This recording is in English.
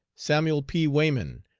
samuel p. wayman,